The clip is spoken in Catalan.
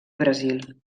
brasil